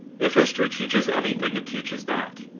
if history teaches anything, it teaches that.